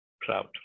proud